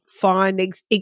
findings